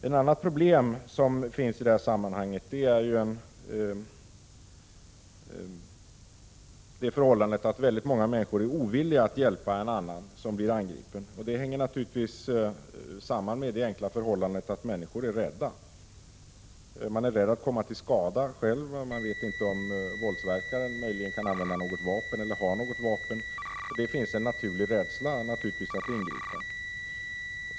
Ett annat problem i det här sammanhanget är det förhållandet att många människor är ovilliga att hjälpa en person som blir angripen. Det hänger naturligtvis samman med att människor är rädda. Man är rädd att komma till skada själv. Man vet inte om våldsverkaren möjligen har något vapen som han tänker använda. Det finns en naturlig rädsla för att ingripa.